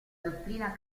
dottrina